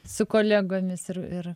su kolegomis ir ir